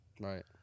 right